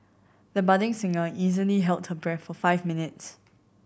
the budding singer easily held her breath for five minutes